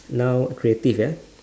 now creative ya